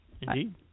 Indeed